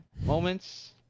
moments